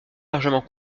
largement